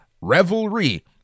revelry